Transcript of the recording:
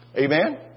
Amen